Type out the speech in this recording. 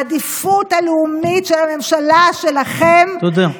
העדיפות הלאומית של הממשלה שלכם, תודה.